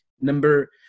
number